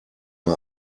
mal